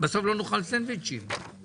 בסוף לא נוכל לסיים את הישיבה.